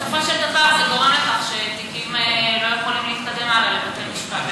בסופו של דבר זה גורם לכך שהתיקים לא יכולים להתקדם הלאה לבתי-משפט.